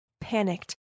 panicked